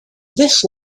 this